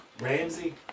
Ramsey